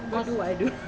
because